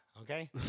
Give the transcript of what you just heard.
okay